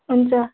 हुन्छ